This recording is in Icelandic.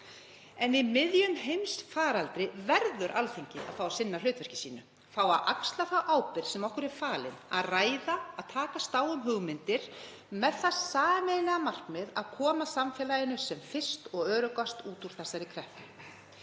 En í miðjum heimsfaraldri verður Alþingi að fá að sinna hlutverki sínu, fá að axla þá ábyrgð sem okkur er falin, að ræða og takast á um hugmyndir með það sameiginlega markmið að koma samfélaginu sem fyrst og öruggast út úr þessari kreppu.